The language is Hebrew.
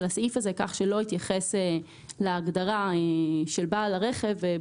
הסעיף הזה כך שלא יתייחס להגדרה של בעל הרכב.